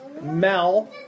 Mel